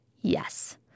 Yes